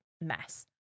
mess